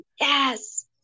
Yes